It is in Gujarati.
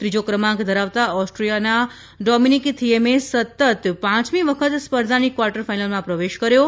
ત્રીજો ક્રમાંક ધરાવતા ઓસ્ટ્રીયાના ડોમીનીક થીએમે સતત પાંચમી વખત સ્પર્ધાની ક્વાર્ટર ફાઈનલમાં પ્રવેશ કર્યો છે